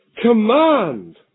command